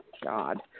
God